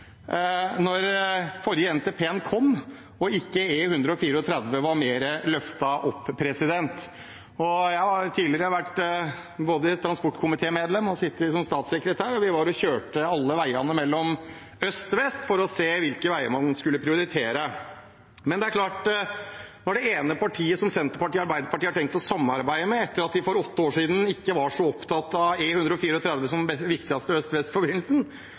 forrige NTP-en kom og E134 ikke var løftet mer opp. Jeg har tidligere både vært transportkomitémedlem og sittet som statssekretær, og vi kjørte alle veiene mellom øst og vest for å se hvilke veier man skulle prioritere. Men det er klart, når det ene partiet, som Senterpartiet og Arbeiderpartiet har tenkt å samarbeide med, for åtte år siden ikke var så opptatt av E134 som den viktigste øst–vest-forbindelsen, og